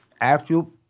actual